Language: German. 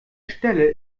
stelle